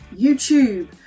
YouTube